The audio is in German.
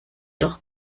doch